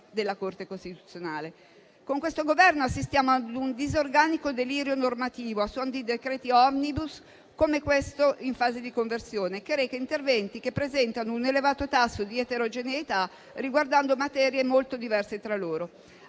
Con questo Governo assistiamo a un disorganico delirio normativo a suon di decreti *omnibus* come quello in esame, in fase di conversione, che reca interventi che presentano un elevato tasso di eterogeneità, riguardando materie molto diverse tra loro.